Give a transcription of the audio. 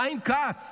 חיים כץ